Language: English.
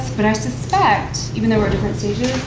but i suspect, even though we're at different stages,